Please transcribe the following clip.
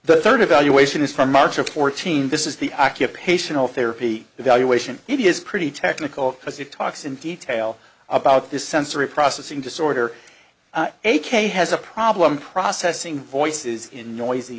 the third evaluation is from march of corteen this is the occupational therapy evaluation it is pretty technical because it talks in detail about this sensory processing disorder aka has a problem processing voices in noisy